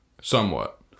somewhat